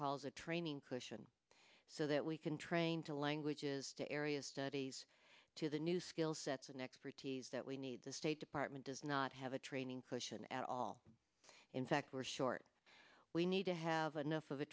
calls a training cushion so that we can train to languages to area studies to the new skill sets and expertise that we need the state department does not have a training cushion at all in fact we're short we need to have enough of a